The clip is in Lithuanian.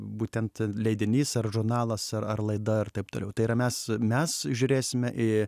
būtent leidinys ar žurnalas ar ar laida ar taip toliau tai yra mes mes žiūrėsime į